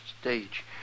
stage